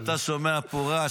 כשאתה שמע פה רעש,